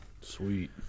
Sweet